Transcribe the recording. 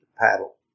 paddle